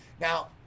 Now